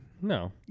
No